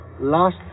last